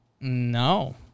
No